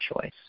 choice